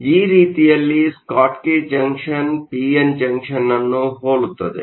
ಆದ್ದರಿಂದ ಈ ರೀತಿಯಲ್ಲಿ Schottky junction P N junction ಅನ್ನು ಹೋಲುತ್ತದೆ